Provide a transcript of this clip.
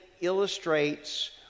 illustrates